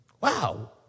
Wow